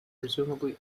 presumably